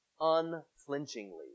Unflinchingly